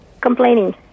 complaining